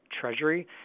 Treasury